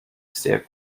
sehr